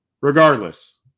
Regardless